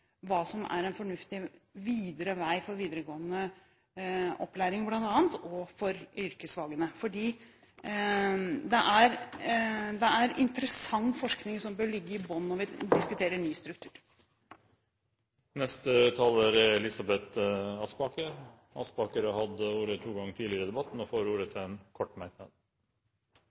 hva som er en fornuftig vei videre for bl.a. videregående opplæring og for yrkesfagene. Det er interessant forskning som bør ligge i bunnen når vi diskuterer ny struktur. Representanten Elisabeth Aspaker har hatt ordet to ganger tidligere og får ordet til en kort merknad,